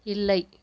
இல்லை